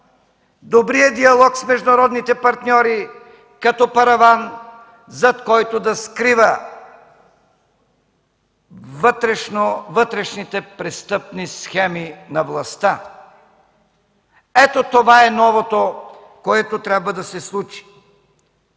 добрия диалог с международните партньори като параван, зад който да скрива вътрешните престъпни схеми на властта. Ето това е новото, което трябва да се случи.